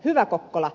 hyvä kokkola